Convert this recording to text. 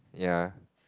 ya